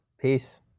Peace